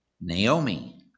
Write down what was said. Naomi